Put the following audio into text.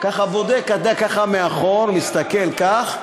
ככה בודק מאחור, מסתכל כך,